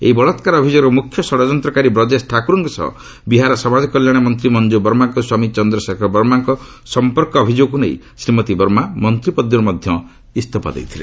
ଏହି ବଳାକ୍କାର ଅଭିଯୋଗର ମୁଖ୍ୟ ଷଢ଼ଯନ୍ତ୍ରକାରୀ ବ୍ରଜେଶ ଠାକୁରଙ୍କ ସହ ବିହାରର ସମାଜକଲ୍ୟାଣ ମନ୍ତ୍ରୀ ମଞ୍ଜୁବର୍ମାଙ୍କ ସ୍ୱାମୀ ଚନ୍ଦ୍ରଶେଖର ବର୍ମାଙ୍କ ସମ୍ପର୍କ ଅଭିଯୋଗକୁ ନେଇ ଶ୍ରୀମତୀ ବର୍ମା ମନ୍ତ୍ରୀପଦରୁ ଇସ୍ତଫା ଦେଇଥିଲେ